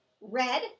red